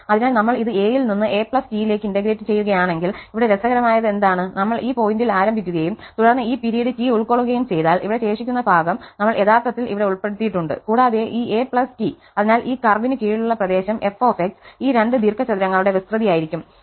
അതിനാൽ നമ്മൾ ഇത് a യിൽ നിന്ന് a T യിലേക്ക് ഇന്റഗ്രേറ്റ് ചെയ്യുകയാണെങ്കിൽഇവിടെ രസകരമായത് എന്താണ് നമ്മൾ ഈ പോയിന്റിൽ ആരംഭിക്കുകയും തുടർന്ന് ഈ പിരീഡ് T ഉൾക്കൊള്ളുകയും ചെയ്താൽഇവിടെ ശേഷിക്കുന്ന ഭാഗം നമ്മൾ യഥാർത്ഥത്തിൽ ഇവിടെ ഉൾപ്പെടുത്തിയിട്ടുണ്ട് കൂടാതെ ഈ a T അതിനാൽ ഈ കർവിന് കീഴിലുള്ള പ്രദേശം f ഈ രണ്ട് ദീർഘചതുരങ്ങളുടെ വിസ്തൃതിയായിരിക്കും